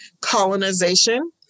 colonization